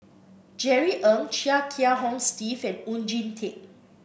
Jerry Ng Chia Kiah Hong Steve and Oon Jin Teik